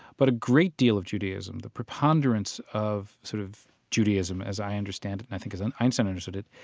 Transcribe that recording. but a great deal of judaism, the preponderance of sort of judaism as i understand it and i think as and einstein understood it,